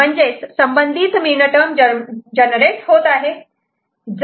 म्हणजेच संबंधित minterm generate होत आहे